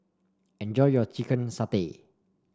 enjoy your Chicken Satay